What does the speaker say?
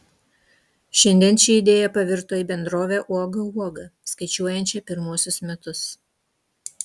šiandien ši idėja pavirto į bendrovę uoga uoga skaičiuojančią pirmuosius metus